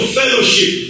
fellowship